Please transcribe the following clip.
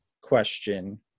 question